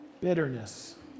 bitterness